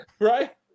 right